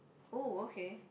oh okay